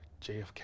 JFK